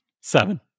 Seven